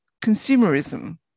consumerism